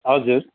हजुर